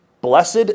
blessed